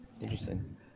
Interesting